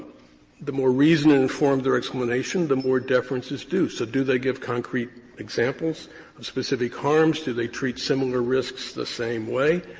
the more reasoned and informed their explanation, the more deference is due. so do they give concrete examples of specific harms? do they treat similar risks the same way?